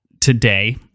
today